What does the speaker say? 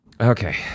Okay